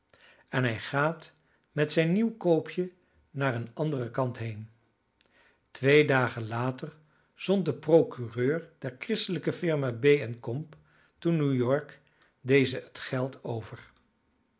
en hij gaat met zijn nieuw koopje naar een anderen kant heen twee dagen later zond de procureur der christelijke firma b en comp te new-york deze het geld over